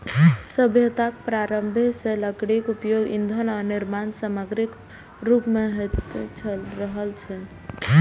सभ्यताक प्रारंभे सं लकड़ीक उपयोग ईंधन आ निर्माण समाग्रीक रूप मे होइत रहल छै